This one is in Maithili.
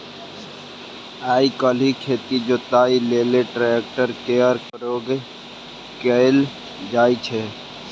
आइ काल्हि खेतक जोतइया लेल ट्रैक्टर केर प्रयोग कएल जाइ छै